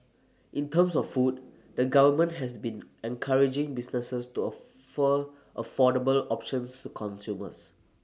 in terms of food the government has been encouraging businesses to offer affordable options to consumers